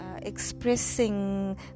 expressing